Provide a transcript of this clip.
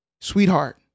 sweetheart